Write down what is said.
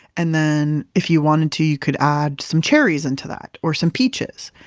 and then, if you wanted to you could add some cherries into that or some peaches,